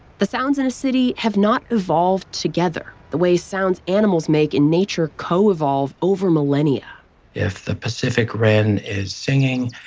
the sounds in a city have not evolved together the way sounds animals make in nature co-evolve over millennia if the pacific wren is singing,